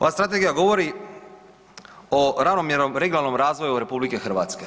Ova strategija govori o ravnomjernom regionalnom razvoju RH.